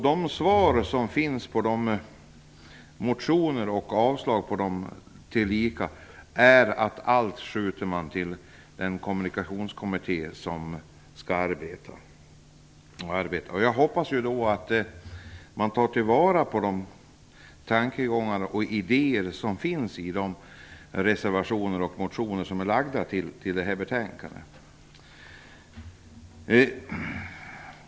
De svar som finns på de motioner som finns, och tillika i avstyrkandena, är att man hänskjuter allt till den kommunikationskommitté som skall arbeta. Jag hoppas då att den tar till vara de tankegångar och idéer som finns i de reservationer och motioner som avgetts till betänkandet.